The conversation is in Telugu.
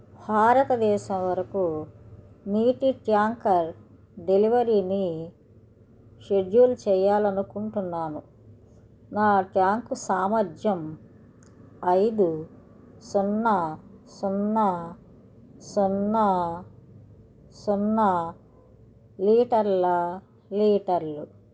భారతదేశం వరకు నీటి ట్యాంకర్ డెలివరీని షెడ్యూల్ చేయాలి అనుకుంటున్నాను నా ట్యాంకు సామర్థ్యం ఐదు సున్నా సున్నా సున్నా సున్నా లీటర్ల లీటర్లు